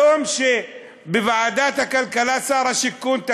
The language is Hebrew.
היום בוועדת הכלכלה שר השיכון אומר,